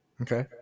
Okay